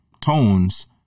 tones